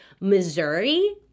Missouri